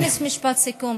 כן, זה משפט סיכום.